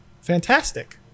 Fantastic